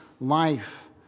life